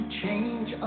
change